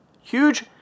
huge